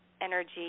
energy